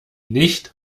nicht